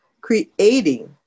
creating